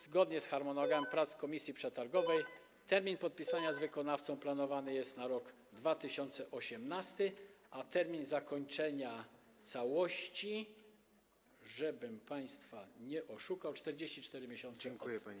Zgodnie z harmonogramem prac komisji przetargowej termin podpisania z wykonawcą umowy planowany jest na rok 2018, a termin zakończenia całości - żebym państwa nie oszukał - 44 miesiące od ogłoszenia.